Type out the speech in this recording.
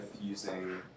using